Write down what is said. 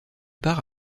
part